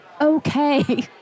okay